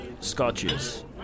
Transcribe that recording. scotches